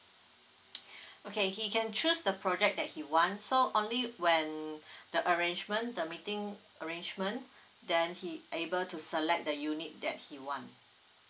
okay he can choose the project that he want so only when the arrangement the meeting arrangement then he able to select the unit that he want